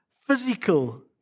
physical